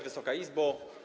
Wysoka Izbo!